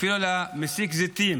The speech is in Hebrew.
אפילו למסיק הזיתים